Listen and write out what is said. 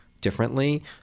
differently